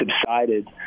subsided